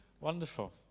Wonderful